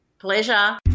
Pleasure